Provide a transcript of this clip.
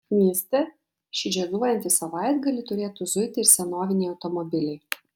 mieste šį džiazuojantį savaitgalį turėtų zuiti ir senoviniai automobiliai